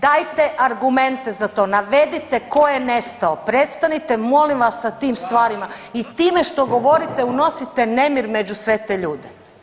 Dajte argumente za to, navedite tko je nestao, prestanite molim vas sa tim stvarima i time što govorite unosite nemir među sve te ljude.